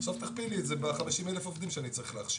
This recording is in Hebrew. עכשיו תכפילי את זה ב-50,000 עובדים שאני צריך להכשיר.